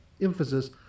emphasis